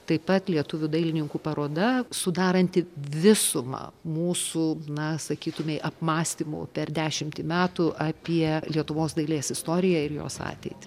taip pat lietuvių dailininkų paroda sudaranti visumą mūsų na sakytumei apmąstymų per dešimtį metų apie lietuvos dailės istoriją ir jos ateitį